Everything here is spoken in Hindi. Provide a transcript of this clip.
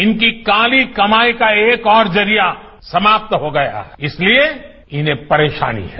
इनकी काली कमाई का एक और जरिया समाप्त हो गया इसलिए इन्हें परेशानी है